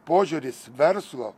požiūris verslo